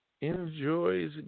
enjoys